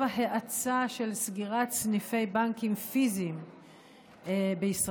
ההאצה של סגירת סניפי בנקים פיזיים בישראל,